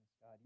God